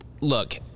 Look